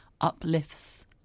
uplifts